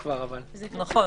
נכון.